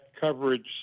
coverage